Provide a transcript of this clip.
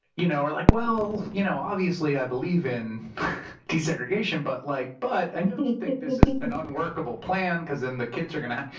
you know are like, well, you know obviously i believe in desegregation, but like but i just think this is an unworkable plan, because then the kids are going to have.